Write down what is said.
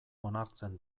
onartzen